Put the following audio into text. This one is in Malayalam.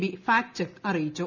ബി ഫാക്ട് ചെക്ക് അറിയിച്ചു